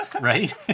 Right